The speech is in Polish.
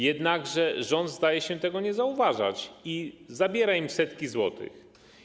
Jednakże rząd zdaje się tego nie zauważać i zabiera im setki złotych.